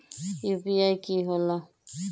UPI कि होला?